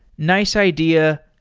nice idea,